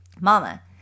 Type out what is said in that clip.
Mama